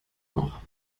noch